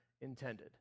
intended